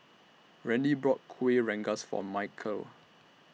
Randy bought Kueh Rengas For Michale